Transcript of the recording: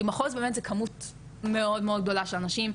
כי מחוז זה כמות מאד גדולה של אנשים,